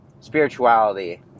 spirituality